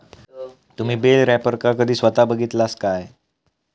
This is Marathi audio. तुम्ही बेल रॅपरका कधी स्वता बघितलास काय?